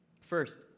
First